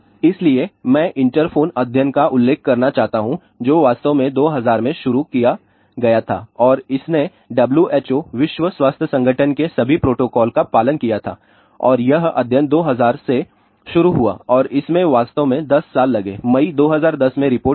इसलिए मैं एक इंटरफ़ोन अध्ययन का उल्लेख करना चाहता हूं जो वास्तव में 2000 में शुरू किया गया था और इसने WHO विश्व स्वास्थ्य संगठन के सभी प्रोटोकॉल का पालन किया था और यह अध्ययन 2000 से शुरू हुआ और इसमें वास्तव में 10 साल लगे मई 2010 में रिपोर्ट आई